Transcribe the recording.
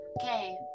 Okay